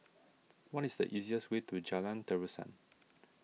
what is the easiest way to Jalan Terusan